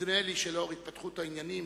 נדמה לי שלנוכח התפתחות העניינים,